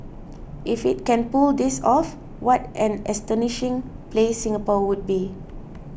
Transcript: if it can pull this off what an astonishing place Singapore would be